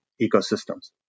ecosystems